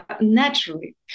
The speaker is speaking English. naturally